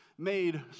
made